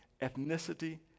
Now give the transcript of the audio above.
ethnicity